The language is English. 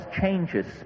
changes